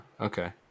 Okay